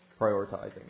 prioritizing